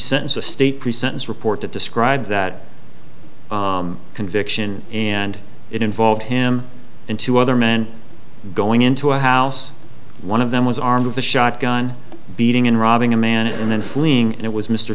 sentence a state pre sentence report that describes that conviction and it involved him and two other men going into a house one of them was armed with a shotgun beating and robbing a man and then fleeing and it was mr